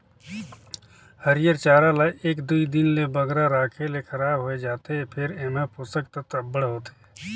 हयिर चारा ल एक दुई दिन ले बगरा राखे ले खराब होए जाथे फेर एम्हां पोसक तत्व अब्बड़ होथे